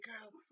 girls